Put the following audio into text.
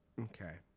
Okay